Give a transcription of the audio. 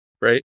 right